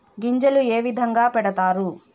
గింజలు ఏ విధంగా పెడతారు?